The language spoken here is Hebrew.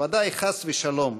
ושלום, ודאי חס ושלום,